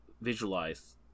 visualize